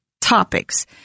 topics